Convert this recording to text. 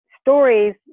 stories